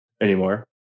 anymore